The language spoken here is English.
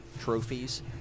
trophies